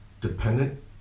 dependent